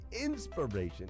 inspiration